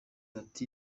ati